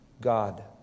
God